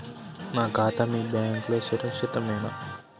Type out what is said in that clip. నా ఖాతా మీ బ్యాంక్లో సురక్షితమేనా?